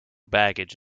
baggage